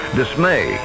dismay